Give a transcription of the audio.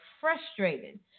frustrated